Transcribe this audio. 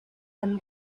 them